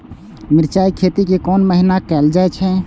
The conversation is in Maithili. मिरचाय के खेती कोन महीना कायल जाय छै?